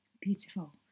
Beautiful